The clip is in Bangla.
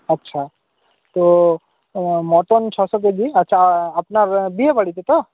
আচ্ছা তো মটন ছশো কেজি আচ্ছা আপনার বিয়েবাড়িতে তো